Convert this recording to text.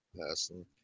person